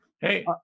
Hey